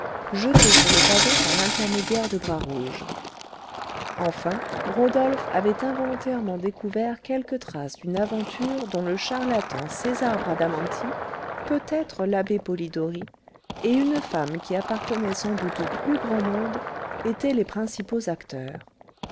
jeté sur le pavé par l'intermédiaire de bras rouge enfin rodolphe avait involontairement découvert quelques traces d'une aventure dont le charlatan césar bradamanti peut-être l'abbé polidori et une femme qui appartenait sans doute au plus grand monde étaient les principaux acteurs